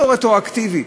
לא רטרואקטיבית,